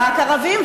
רק ערבים,